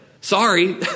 Sorry